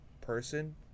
person